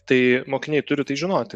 tai mokiniai turi tai žinoti